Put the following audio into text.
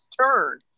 turn